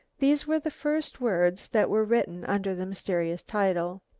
these were the first words that were written under the mysterious title.